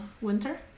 winter